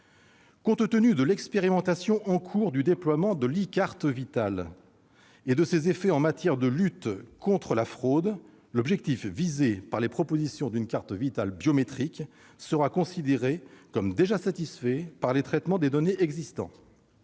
Compte tenu de l'expérimentation en cours de l'e-carte Vitale et de ses effets en matière de lutte contre la fraude, l'objectif visé par la création d'une carte Vitale biométrique serait considéré comme satisfait par les traitements de données existants.